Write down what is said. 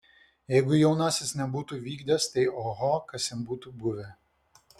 jeigu jaunasis nebūtų vykdęs tai oho kas jam būtų buvę